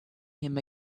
him